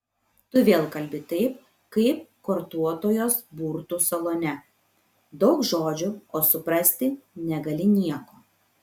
tu vėl kalbi taip kaip kortuotojos burtų salone daug žodžių o suprasti negali nieko